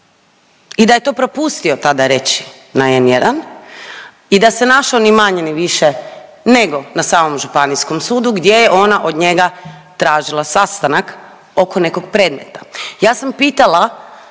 i da je to propustio tada reći na N1 i da se našao ni manje ni više nego na samom Županijskom sudu gdje je ona od njega tražila sastanak oko nekog predmeta. Ja sam pitala